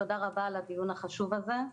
תודה רבה על הדיון החשוב הזה,